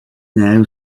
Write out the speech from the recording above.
now